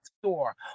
store